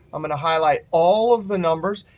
i'm going to highlight all of the numbers.